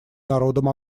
народом